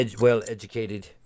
well-educated